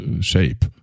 shape